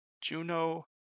Juno